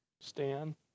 Stan